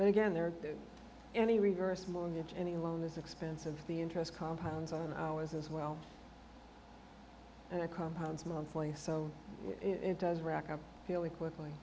but again there are any reverse mortgage any loan is expensive the interest compounds on ours as well and the compounds monthly so it does rack up fairly quickly